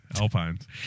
Alpines